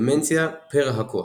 "דמנציה פרהקוס"